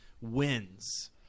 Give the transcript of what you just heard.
wins